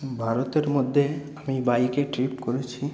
ভারতের মধ্যে আমি বাইকে ট্রিপ করেছি